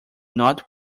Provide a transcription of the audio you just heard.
not